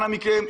אנא מכם,